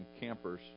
campers